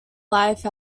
life